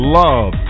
love